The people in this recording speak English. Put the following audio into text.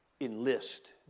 enlist